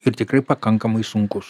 ir tikrai pakankamai sunkus